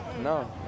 no